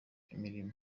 imirimo